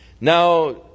Now